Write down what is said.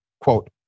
quote